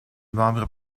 membres